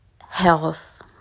Health